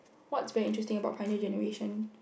what's very interesting about pioneer-generation